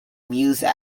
music